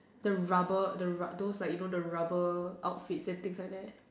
the rubber the ru~ those like you know the rubber outfit and things like that